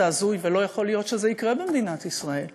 אני הייתי אומרת לכם שזה הזוי ולא יכול להיות שזה יקרה במדינת ישראל.